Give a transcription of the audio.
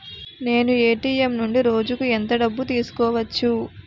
నేను ఎ.టి.ఎం నుండి రోజుకు ఎంత డబ్బు తీసుకోవచ్చు?